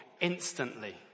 Instantly